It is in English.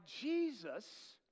Jesus